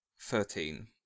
Thirteen